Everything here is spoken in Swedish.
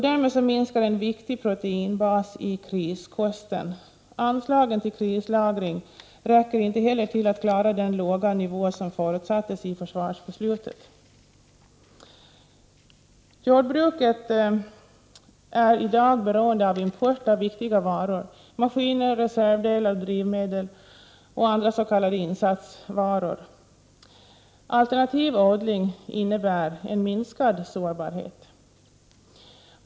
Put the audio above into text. Därmed minskar en viktig proteinbas i kriskosten. Anslagen till krislagring räcker inte till att klara ens den låga nivå som förutsattes i försvarsbeslutet. Jordbruket är i dag beroende av import av viktiga varor: maskiner, reservdelar, drivmedel och andra s.k. insatsvaror. Alternativ odling innebär en minskad sårbarhet.